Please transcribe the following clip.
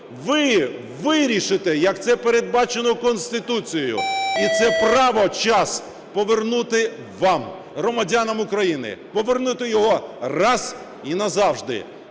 Ви вирішите, як це передбачено Конституцією, і це право час повернути вам, громадянам України, повернути його раз і назавжди.